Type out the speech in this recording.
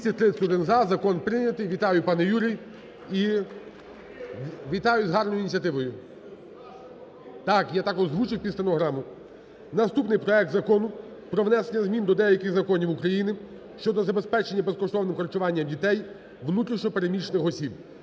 За-231 Закон прийнятий. Вітаю, пане Юрій і вітаю з гарною ініціативою. (Шум у залі) Так, я так озвучив під стенограму. Наступний проект Закону про внесення змін до деяких законів України щодо забезпечення безкоштовним харчуванням дітей внутрішньо переміщених осіб